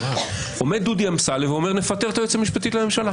עומד דודי אמסלם ואומר: נפטר את היועצת המשפטית לממשלה.